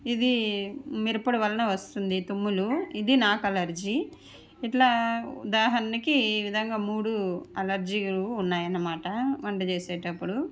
ఇది మిరప్పొడి వలన వస్తుంది తుమ్ములు ఇది నాకు అలర్జీ ఇట్లా ఉదాహరణకి ఈ విధంగా మూడు అలర్జీ ఉన్నాయన్నమాట వంట చేసేటప్పుడు